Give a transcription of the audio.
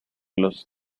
los